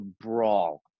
brawl